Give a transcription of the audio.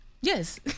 Yes